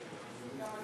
חברות וחברי הכנסת,